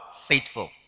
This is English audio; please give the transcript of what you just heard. Faithful